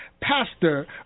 Pastor